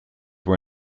were